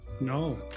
No